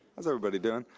how's everybody doing?